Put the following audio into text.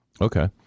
Okay